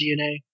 DNA